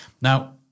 now